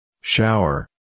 Shower